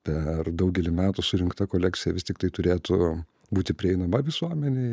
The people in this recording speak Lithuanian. per daugelį metų surinkta kolekcija vis tiktai turėtų būti prieinama visuomenei